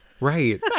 Right